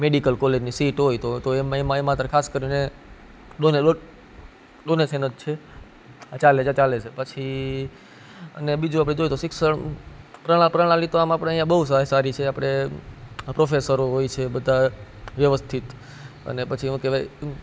medical કોલેજની seat હોય તો તો એમાં એમાં અત્યારે ખાસ કરીને ડોનેશન જ છે ચાલે છે ચાલે છે પછી અને બીજું આપણે જોઈએ તો શિક્ષણ પ્રણાલી તો આમ આપણે અહીંયા બહુ સારી છે આપણે પ્રોફેસરો હોય છે બધા વ્યવસ્થિત અને પછી શું કહેવાય